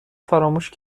فراموش